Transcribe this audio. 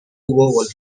wolf